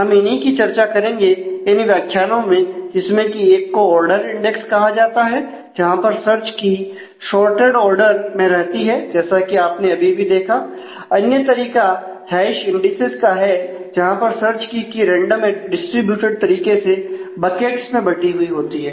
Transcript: हम इन्हीं की चर्चा करेंगे इन व्याख्यानों में जिसमें की एक को ऑर्डरड इंडेक्स में बंटी हुई होती है